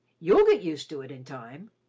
you'll get used to it in time.